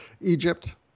Egypt